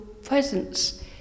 Presence